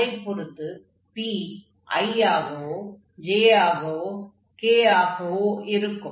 அதைப் பொறுத்து p i ஆகவோ j ஆகவோ k ஆகவோ இருக்கும்